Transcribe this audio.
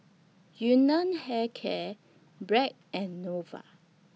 Yun Nam Hair Care Bragg and Nova